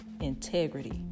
Integrity